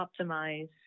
optimize